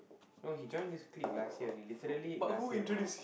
no he join this clique last year only literally last year only